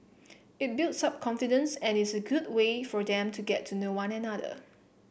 it builds up confidence and is a good way for them to get to know one another